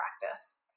practice